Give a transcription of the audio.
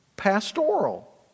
pastoral